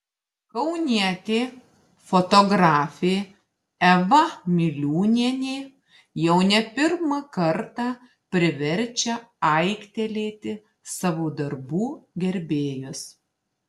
kaunietė fotografė eva miliūnienė jau ne pirmą kartą priverčia aiktelėti savo darbų gerbėjus